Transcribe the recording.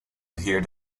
adhere